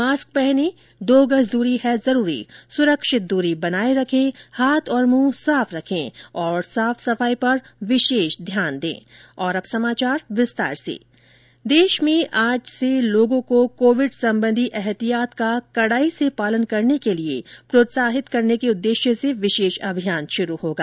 mask पहनें दो गज दूरी है जरूरी सुरक्षित दूरी बनाये रखें हाथ और मुंह साफ रखें और साफ सफाई का विशेष ध्यान रखें देश में आज से लोगों को कोविड संबंधी ऐहतियात का कड़ाई से पालन करने के लिए प्रोत्साहित करने के उद्देश्य से विशेष अभियान शुरू होगा